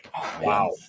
Wow